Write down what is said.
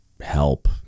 help